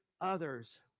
others